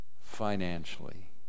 Financially